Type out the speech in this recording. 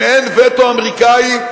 אם אין וטו אמריקני,